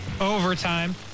overtime